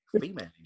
Female